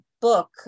book